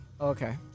Okay